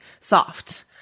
soft